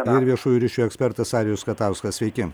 ir viešųjų ryšių ekspertas arijus katauskas sveiki